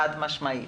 חד משמעית.